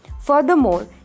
Furthermore